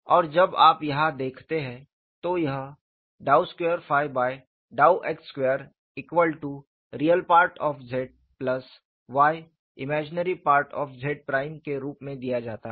और जब आप यहां देखते हैं तो यह ∂ 2∂ x2 Re Zy Im Z के रूप में दिया जाता है